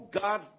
God